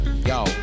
Yo